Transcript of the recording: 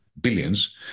billions